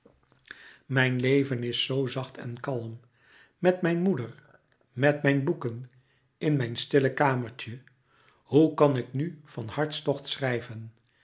mijn leven is zoo zacht en kalm met mijn moeder met mijn boeken in mijn stille kamertje hoe kan ik nu van hartstocht schrijven